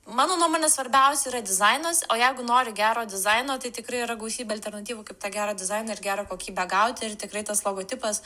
mano nuomone svarbiausia yra dizainas o jeigu nori gero dizaino tai tikrai yra gausybė alternatyvų kaip tą gerą dizainą ir gerą kokybę gauti ir tikrai tas logotipas